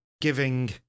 giving